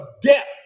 death